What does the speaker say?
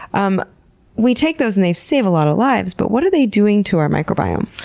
um we take those and they save a lot of lives, but what are they doing to our microbiome?